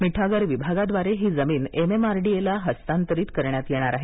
मिठागर विभागाद्वारे ही जमीन एमएमआरडीए ला हस्तांतरित करण्यात येणार आहे